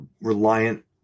reliant